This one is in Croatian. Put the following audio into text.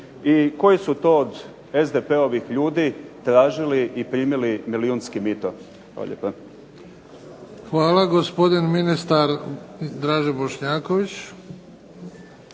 i koji su to od SDP-ovih ljudi tražili i primili milijunski mito. Hvala lijepa. **Bebić,